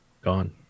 gone